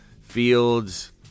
Fields